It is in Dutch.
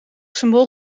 symbool